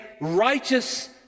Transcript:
righteous